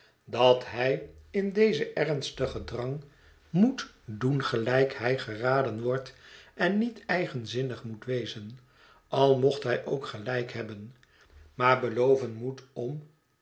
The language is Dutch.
dat hij in dezen ernstigen drang moet doen gelijk hij geraden wordt en niet eigenzinnig moet wezen al mocht hij ook gelijk hebben maar beloven moet om